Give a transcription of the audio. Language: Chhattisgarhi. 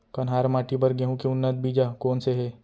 कन्हार माटी बर गेहूँ के उन्नत बीजा कोन से हे?